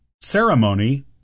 ceremony